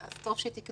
אני רוצה לנצל